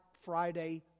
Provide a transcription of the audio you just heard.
Friday